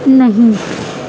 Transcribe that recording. نہیں